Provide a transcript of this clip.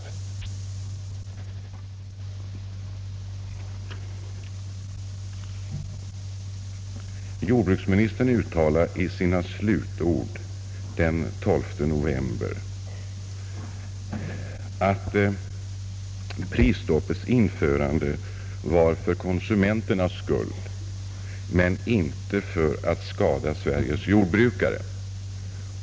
Jordbruksministern uttalade i sina slutord den 12 november att prisstoppet infördes för konsumenternas skull och inte för att skada Sveriges jordbrukare.